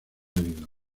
heridos